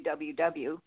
www